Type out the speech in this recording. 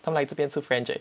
他们来这边吃 french eh